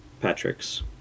Patrick's